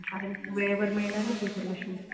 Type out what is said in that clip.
कारण की वेळेवर मिळणार नाही रिझर्वेशन